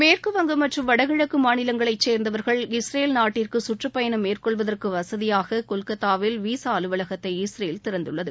மேற்கு வங்கம் மற்றும் வடகிழக்கு மாநிலங்களை சேர்ந்தவர்கள் இஸ்ரேல் நாட்டிற்கு சுற்றுப் பயணம் மேற்கொள்வதற்கு வசதியாக கொல்கத்தாவில் விசா அலுவலகத்தை இஸ்ரேல் திறந்துள்ளது